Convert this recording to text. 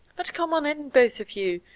but come on in, both of you,